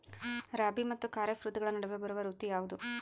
ರಾಬಿ ಮತ್ತು ಖಾರೇಫ್ ಋತುಗಳ ನಡುವೆ ಬರುವ ಋತು ಯಾವುದು?